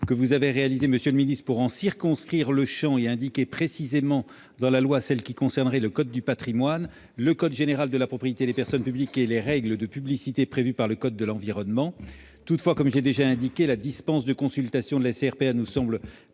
que vous avez réalisé, monsieur le ministre, pour en circonscrire le champ et indiquer précisément dans la loi celles qui concerneraient le code du patrimoine, le code général de la propriété des personnes publiques et les règles de publicité prévues par le code de l'environnement. Toutefois, comme je l'ai déjà indiqué, la dispense de consultation de la CRPA nous semble